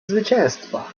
zwycięstwa